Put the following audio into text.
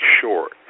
short